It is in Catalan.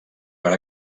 per